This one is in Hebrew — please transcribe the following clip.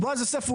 בועז יוסף,